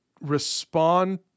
respond